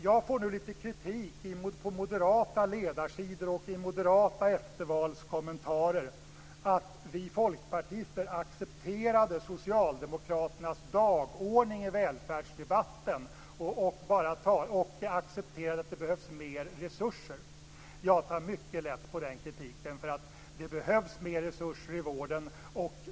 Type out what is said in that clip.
Jag får nu litet kritik på moderata ledarsidor och i moderata eftervalskommentarer. Det gäller att vi folkpartister accepterade socialdemokraternas dagordning i välfärdsdebatten och att vi accepterade att det behövs mer resurser. Jag tar mycket lätt på den kritiken. Det behövs mer resurser i vården.